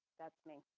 that's me,